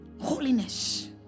Holiness